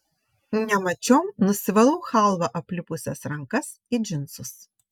nemačiom nusivalau chalva aplipusias rankas į džinsus